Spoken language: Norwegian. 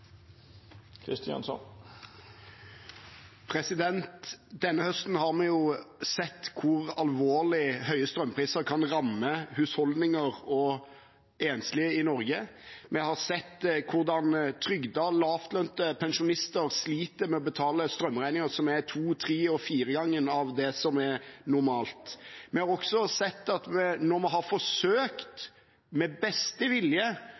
blir forbedret. Denne høsten har vi sett hvor alvorlig høye strømpriser kan ramme husholdninger og enslige i Norge. Vi har sett hvordan trygdede, lavtlønte og pensjonister sliter med å betale strømregninger som er to, tre og fire ganger så høye som det som er normalt. Vi har også opplevd at når vi med beste vilje